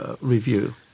Review